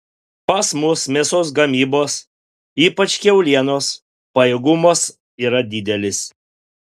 pas mus mėsos gamybos ypač kiaulienos pajėgumas yra didelis